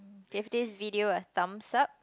give this video thumbs up